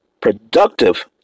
productive